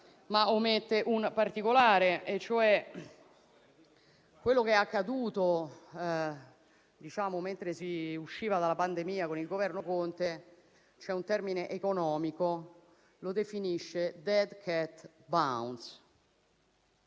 ma omette un particolare e cioè quello che è accaduto mentre si usciva dalla pandemia con il Governo Conte, che si chiama - c'è un termine economico per definirlo - *dead cat bounce*